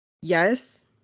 Yes